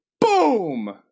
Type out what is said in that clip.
Boom